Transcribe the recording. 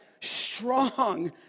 strong